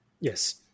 Yes